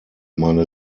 meine